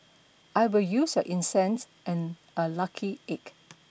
I will use your incense and a lucky egg